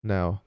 Now